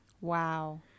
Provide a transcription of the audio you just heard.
Wow